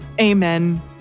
Amen